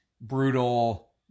brutal